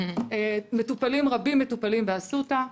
מטופלים רבים מטופלים באסותא,